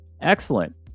Excellent